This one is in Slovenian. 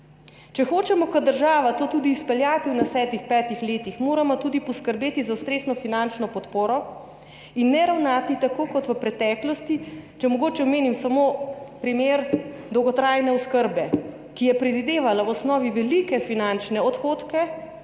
Če hočemo kot država to tudi izpeljati v naslednjih petih letih, moramo tudi poskrbeti za ustrezno finančno podporo in ne ravnati tako kot v preteklosti, če mogoče omenim samo primer dolgotrajne oskrbe, ki je predvidevala v osnovi velike finančne odhodke,